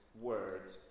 words